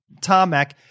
tarmac